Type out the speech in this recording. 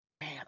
Man